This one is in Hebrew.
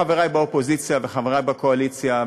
חברי באופוזיציה וחברי בקואליציה,